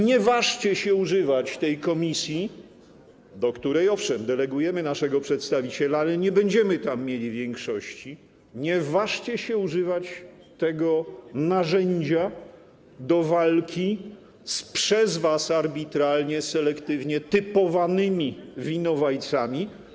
Nie ważcie się używać tej komisji, do której, owszem, delegujemy naszego przedstawiciela, ale nie będziemy tam mieli większości, nie ważcie się używać tego narzędzia do walki z typowanymi przez was arbitralnie, selektywnie winowajcami.